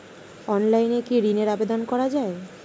অনলাইনে কি ঋনের আবেদন করা যায়?